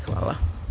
Hvala.